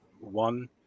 one